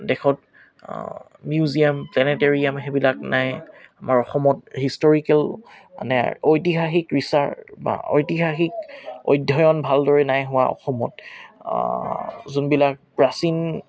দেশত museum planetarium সেইবিলাক নাই আমাৰ অসমত হিষ্টৰিকেল মানে ঐতিহাসিক ৰিচাৰ্চ বা ঐতিহাসিক অধ্যয়ন নাই হোৱা অসমত যোনবিলাক প্ৰাচীন